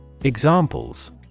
Examples